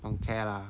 don't care lah